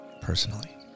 personally